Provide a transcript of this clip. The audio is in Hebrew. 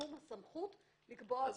בתחום סמכות לקבוע.